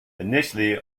initially